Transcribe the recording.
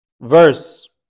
verse